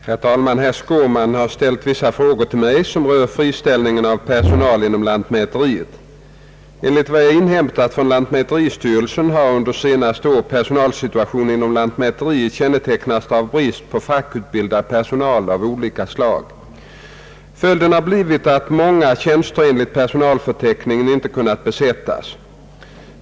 Herr talman! Herr Skårman har ställt vissa frågor till mig som rör friställning av personal inom lantmäteriet. Enligt vad jag inhämtat från lantmäteristyrelsen har under senare år personalsituatior.en inom lantmäteriet kännetecknats av brist på fackutbildad personal av olika slag. Följden har blivit att många tjänster enligt personalförteckning inte kunnat besättas.